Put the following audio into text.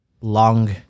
long